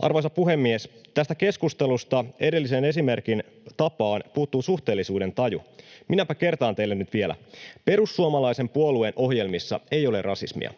Arvoisa puhemies! Tästä keskustelusta edellisen esimerkin tapaan puuttuu suhteellisuudentaju. Minäpä kertaan teille nyt vielä: Perussuomalaisen puolueen ohjelmissa ei ole rasismia.